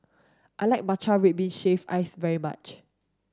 I like Matcha Red Bean Shaved Ice very much